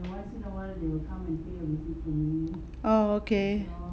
oh okay